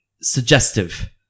suggestive